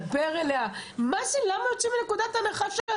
למה יוצאים מנקודת הנחה,